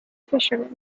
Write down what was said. fishermen